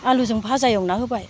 आलुजों भाजा एवना होबाय